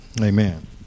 Amen